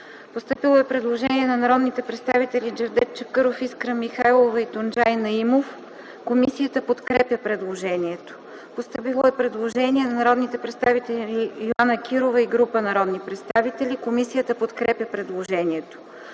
постъпило предложение от народния представител Искра Михайлова. Комисията подкрепя предложението. Постъпило е предложение от народния представител Йоана Кирова и група народни представители. Комисията подкрепя предложението.